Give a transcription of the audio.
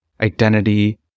identity